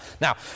Now